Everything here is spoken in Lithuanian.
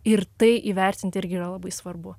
ir tai įvertinti ir yra labai svarbu